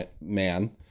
man